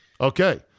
okay